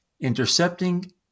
intercepting